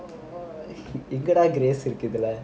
எங்கடா:engadaa grace இருக்கு இதுல:irukku idhula